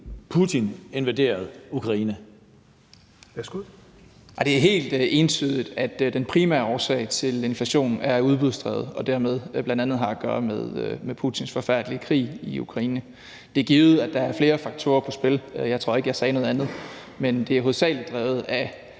(Christian Rabjerg Madsen): Det er helt entydigt, at inflationen primært er udbudsdrevet og dermed bl.a. har at gøre med Putins forfærdelige krig i Ukraine. Det er givet, at der er flere faktorer i spil – jeg tror ikke, jeg sagde noget andet – men det er hovedsagelig drevet af